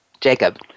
Jacob